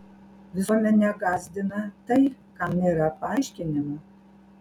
visuomenę gąsdina tai kam nėra paaiškinimo